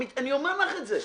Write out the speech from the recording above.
אני אומר לך את זה,